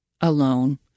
alone